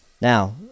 Now